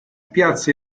piazza